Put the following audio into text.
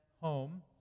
home